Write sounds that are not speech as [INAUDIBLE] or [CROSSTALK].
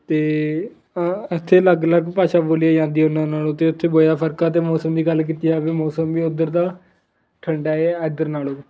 ਅਤੇ ਇੱਥੇ ਅਲੱਗ ਅਲੱਗ ਭਾਸ਼ਾ ਬੋਲੀਆਂ ਜਾਂਦੀਆਂ ਉਹਨਾਂ ਨਾਲੋਂ ਅਤੇ ਉੱਥੇ [UNINTELLIGIBLE] ਫਰਕ ਆ ਅਤੇ ਮੌਸਮ ਦੀ ਗੱਲ ਕੀਤੀ ਜਾਵੇ ਮੌਸਮ ਵੀ ਉੱਧਰ ਦਾ ਠੰਡਾ ਹੈ ਇੱਧਰ ਨਾਲੋਂ